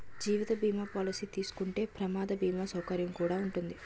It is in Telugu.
జీవిత బీమా పాలసీ తీసుకుంటే ప్రమాద బీమా సౌకర్యం కుడా ఉంటాది